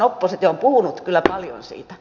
oppositio on puhunut kyllä paljon siitä